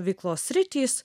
veiklos sritys